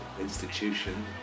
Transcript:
institution